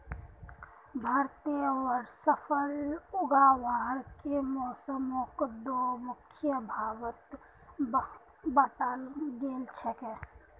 भारतवर्षत फसल उगावार के मौसमक दो मुख्य भागत बांटाल गेल छेक